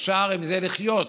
אפשר עם זה לחיות.